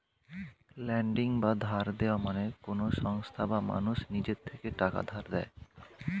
lending বা ধার দেওয়া মানে কোন সংস্থা বা মানুষ নিজের থেকে টাকা ধার দেয়